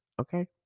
okay